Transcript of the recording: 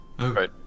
Okay